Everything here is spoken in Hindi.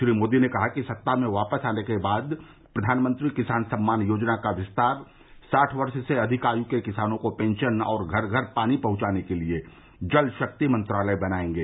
श्री मोदी ने कहा कि सत्ता में वापस आने के बाद प्रधानमंत्री किसान सम्मान योजना का विस्तार साठ वर्ष से अधिक आय के किसानों को पेंशन और घर घर पानी पहंचाने के लिए जल शक्ति मंत्रालय बनाएंगे